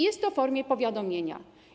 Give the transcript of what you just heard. Jest to w formie powiadomienia.